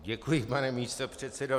Děkuji, pane místopředsedo.